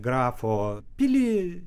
grafo pilį